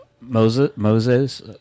Moses